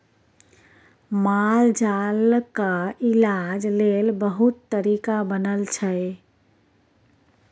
मालजालक इलाज लेल बहुत तरीका बनल छै